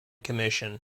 commission